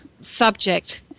subject